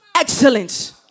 excellence